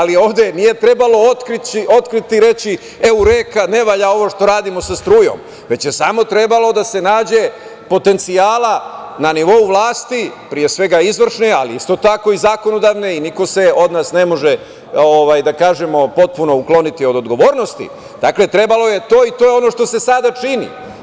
Ali, ovde nije trebalo otkriti i reći – eureka, ne valja ovo što radimo sa strujom, već je samo trebalo da se nađe potencijala na nivou vlasti, pre svega izvršne, ali isto tako i zakonodavne i niko se od nas ne može potpuno ukloniti od odgovornosti, dakle, trebalo je to i to je ono što se sada čini.